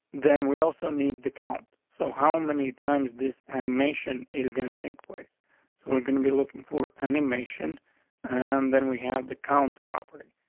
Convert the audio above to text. then we also need the count. so how many times this animation is gonna take place? so we're gonna be looking for animation on. and then we have the count properly.